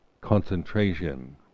concentration